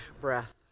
breath